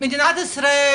מדינת ישראל,